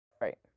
right